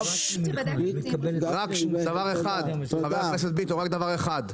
חבר הכנסת ביטון, רק דבר אחד.